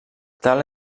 tal